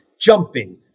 jumping